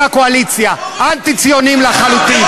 כל הקואליציה אנטי-ציונים לחלוטין.